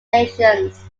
nations